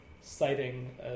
citing